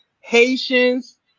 Haitians